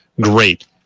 Great